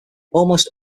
almost